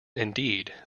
indeed